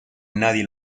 nadie